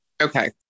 Okay